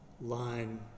line